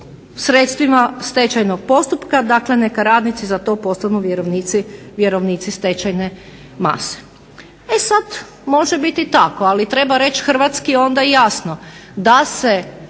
sredstvima stečajnog postupka. Dakle, neka radnici za to postanu vjerovnici stečajne mase. E sad može biti tako, ali treba reći hrvatski onda i jasno da se